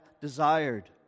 desired